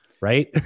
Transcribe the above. Right